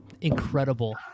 incredible